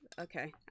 Okay